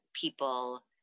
people